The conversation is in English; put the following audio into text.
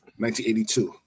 1982